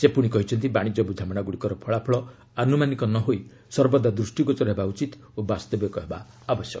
ସେ ପୁଣି କହିଛନ୍ତି ବାଶିଜ୍ୟ ବୁଝାମଣାଗୁଡ଼ିକର ଫଳାଫଳ ଅନୁମାନିକ ନ ହୋଇ ସର୍ବଦା ଦୃଷ୍ଟିଗୋଚର ହେବା ଉଚିତ୍ ଓ ବାସ୍ତବିକ ହେବା ଆବଶ୍ୟକ